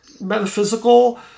metaphysical